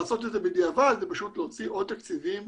לעשות את זה בדיעבד זה להוציא עוד תקציבים